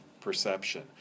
perception